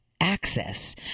access